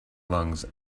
lungs